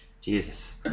Jesus